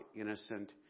innocent